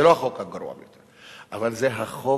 זה לא החוק הגרוע ביותר, אבל זה החוק